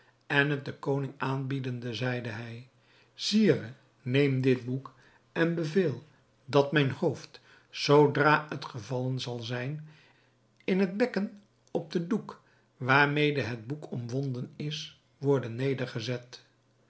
en het den koning aanbiedende zeide hij sire neem dit boek en beveel dat mijn hoofd zoodra het gevallen zal zijn in het bekken op den doek waarmede het boek omwonden is worde